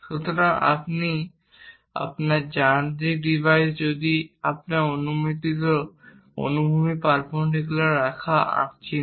সুতরাং আপনার যান্ত্রিক ডিভাইস যদিও আমরা নির্মিত অনুভূমিক পারপেন্ডিকুলার রেখা আঁকছি না